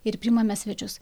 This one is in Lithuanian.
ir priimame svečius